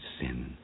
sin